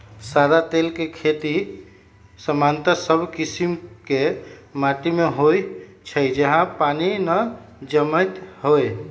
सदा तेल के खेती सामान्य सब कीशिम के माटि में होइ छइ जहा पानी न जमैत होय